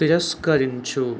తిరస్కరించు